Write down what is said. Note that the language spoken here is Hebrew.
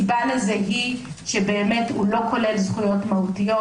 הוא לא כולל זכויות מהותיות,